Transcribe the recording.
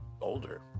older